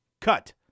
Cut